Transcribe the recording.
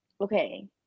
okay